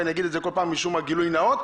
ואני אגיד את זה כל פעם משום הגילוי הנאות.